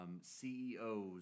CEOs